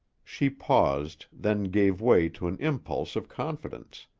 she paused, then gave way to an impulse of confidence.